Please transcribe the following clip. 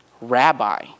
rabbi